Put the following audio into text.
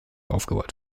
aufgebaut